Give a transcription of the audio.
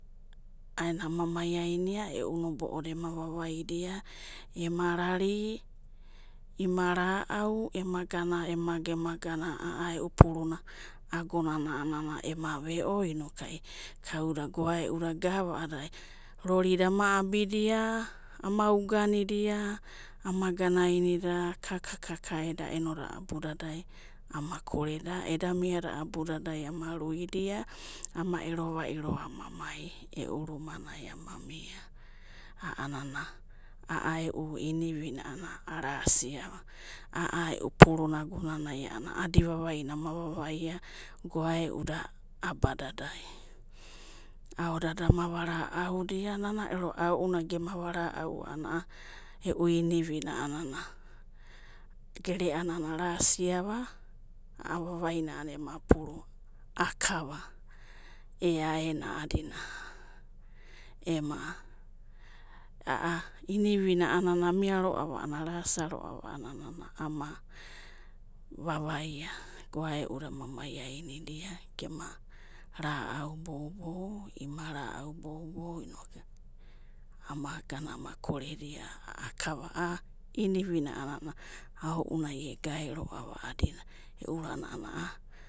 A'aena ama'maiainia, e'u nobo'oda ema vavaida ema rari, ima ra'au ema gana emaga emaga a'a e'u puruna agonana ema ga ema ve'o inokai, kauda goae'uda gava a'adina, rorida ama abidia ama uganidia, ama ganaidida kaka'kaka eda eno'da abudada amo koredia, eda miada abuda ama ruidia ama ero'vairo ama mai eru rumanai ama ia, a'a e'u inivina a'anana arasiava, a'a e'u puruna agonana a'anana a'adi vavaina ama vavaia goaeuda abadadai. Ao'dada ama vara'audia, nana ero aouna gema varau'au a'ana e'u inivina a'anana, gereanana arasiava, a'avavainai ema puru akava, e'aena a'adina ema a'a inivina a'a amiaroava arasiaroava a'anana ama vavaia, goae'uda ama maiainida gema ra'au boubou ima ra'au boubou, inok ama gana, ama koredia akava a'a inivina a'anana aounai egae roava a'adina e'u'rana.